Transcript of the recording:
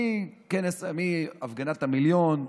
הפגנת המיליון,